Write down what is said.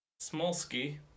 Smolsky